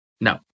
No